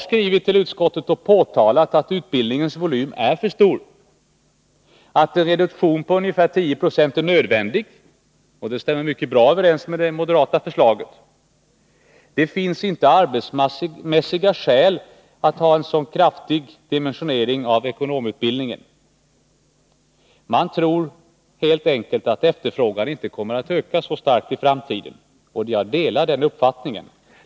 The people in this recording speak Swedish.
skrivit till utskottet och påtalat att utbildningens volym är för stor och att en reduktion på ungefär 10 26 är nödvändig, vilket stämmer bra med det moderata förslaget. Det finns inte arbetsmarknadsmässiga skäl att ha en så kraftig dimensionering av ekonomutbildningen. Man tror helt enkelt inte att efterfrågan kommer att öka så starkt i framtiden. Jag delar den uppfattningen.